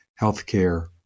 healthcare